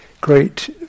great